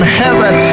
heaven